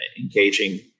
engaging